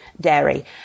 dairy